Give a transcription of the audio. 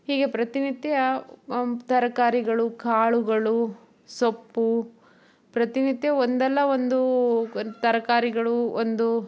ಹೀಗೆ ಪ್ರತಿನಿತ್ಯ ತರಕಾರಿಗಳು ಕಾಳುಗಳು ಸೊಪ್ಪು ಪ್ರತಿನಿತ್ಯ ಒಂದಲ್ಲ ಒಂದು ತರಕಾರಿಗಳು ಒಂದು